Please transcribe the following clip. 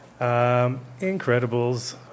Incredibles